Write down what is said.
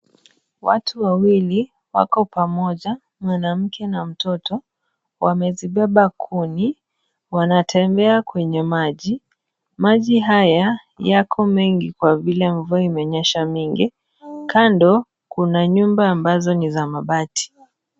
Watu wawili wako pamoja, mwanamke na mtoto wamezibaba kuni, wanatembea kwenye maji. Maji haya yako mengi kwa vile mvua imenyesha nyingi. Kando kuna nyumba ambazo ni za mabati.